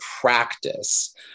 practice